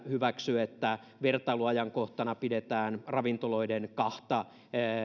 hyväksy myöskään että vertailuajankohtana pidetään ravintoloiden kahta